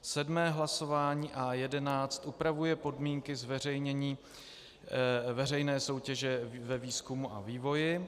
Sedmé hlasování A11 upravuje podmínky zveřejnění veřejné soutěže ve výzkumu a vývoji.